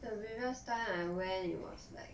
the very last time I went it was like